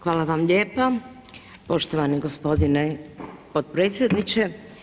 Hvala vam lijepa poštovani gospodine potpredsjedniče.